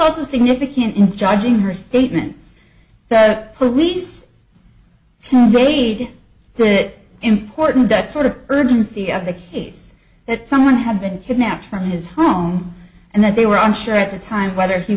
also significant in judging her statements that the police conveyed that important that sort of urgency of the case that someone had been kidnapped from his home and that they were unsure at the time whether he